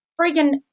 friggin